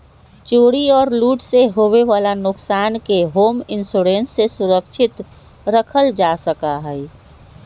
चोरी और लूट से होवे वाला नुकसान के होम इंश्योरेंस से सुरक्षित रखल जा सका हई